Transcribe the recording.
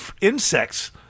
insects